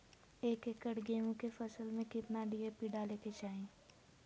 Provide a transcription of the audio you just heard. एक एकड़ गेहूं के फसल में कितना डी.ए.पी डाले के चाहि?